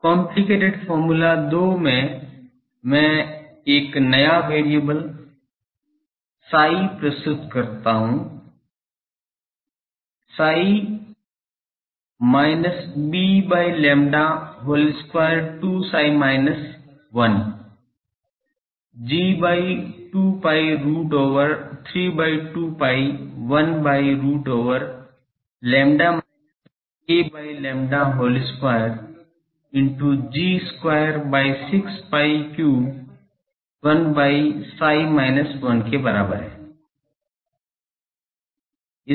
complicated formula 2 मैं एक नया वेरिएबल chi प्रस्तुत करूंगा chi minus b by lambda whole square 2 chi minus 1 G by 2 pi root over 3 by 2 pi 1 by root over lambda minus a by lambda whole square into G square by 6 pi cube 1 by chi minus 1 के बराबर है